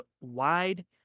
wide